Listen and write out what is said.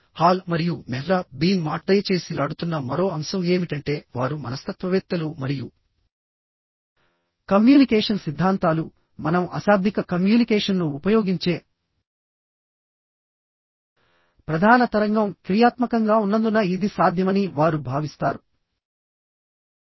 hall మరియు Mehrabian మాట్దయచేసి లాడుతున్న మరో అంశం ఏమిటంటే వారు మనస్తత్వవేత్తలు మరియుకమ్యూనికేషన్ సిద్ధాంతాలుమనం అశాబ్దిక కమ్యూనికేషన్ను ఉపయోగించే ప్రధాన తరంగం క్రియాత్మకంగా ఉన్నందున ఇది సాధ్యమని వారు భావిస్తారు